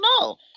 no